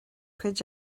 cuid